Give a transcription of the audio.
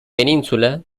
península